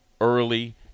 early